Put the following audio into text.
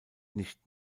nicht